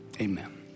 Amen